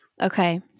Okay